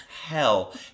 Hell